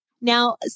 Now